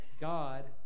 God